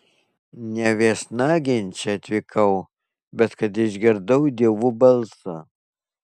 ne viešnagėn čia atvykau bet kad išgirdau dievų balsą